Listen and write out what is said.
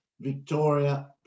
Victoria